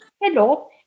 Hello